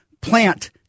plant